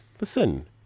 Listen